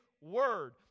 word